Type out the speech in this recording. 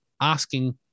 asking